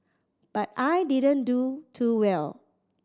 but I didn't do too well